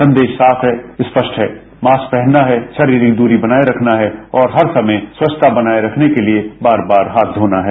संदेश साफ है स्पष्ट है मास्क पहनना है शारीरिक दूरी बनाए रखना है और हर समय स्वच्छता बनाए रखने के लिए बार बार हाथ धोना है